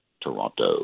Toronto